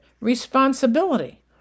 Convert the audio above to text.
responsibility